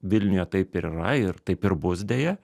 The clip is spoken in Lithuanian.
vilniuje taip ir yra ir taip ir bus deja